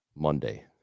Monday